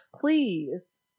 Please